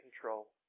control